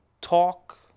talk